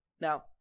Now